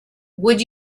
would